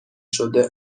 شده